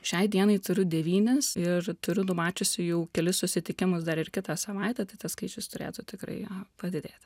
šiai dienai turiu devynis ir turiu numačiusi jau kelis susitikimus dar ir kitą savaitę tai tas skaičius turėtų tikrai padidėti